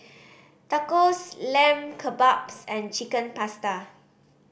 Tacos Lamb Kebabs and Chicken Pasta